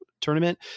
tournament